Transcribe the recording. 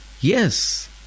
Yes